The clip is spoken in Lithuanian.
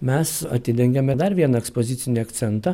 mes atidengėm ir dar vieną ekspozicinį akcentą